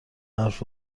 حرف